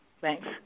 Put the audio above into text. Thanks